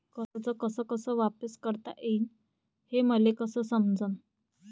कर्ज कस कस वापिस करता येईन, हे मले कस समजनं?